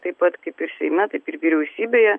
taip pat kaip ir seime taip ir vyriausybėje